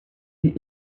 the